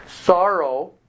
sorrow